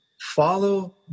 follow